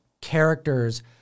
characters